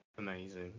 Amazing